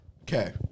okay